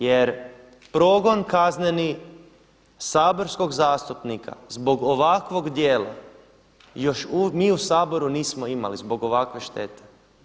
Jer progon kazneni saborskog zastupnika zbog ovakvog djela još mi u Saboru nismo imali zbog ovakve štete.